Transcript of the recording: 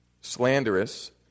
slanderous